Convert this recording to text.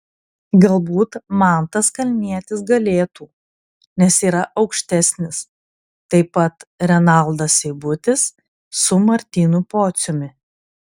galbūt mantas kalnietis galėtų nes yra aukštesnis taip pat renaldas seibutis su martynu pociumi